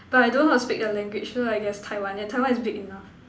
but I don't know how to speak the language so I guess Taiwan yeah Taiwan is big enough